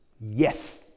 Yes